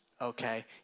okay